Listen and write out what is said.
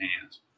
hands